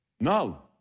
No